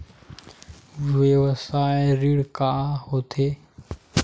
व्यवसाय ऋण का होथे?